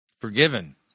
forgiven